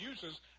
uses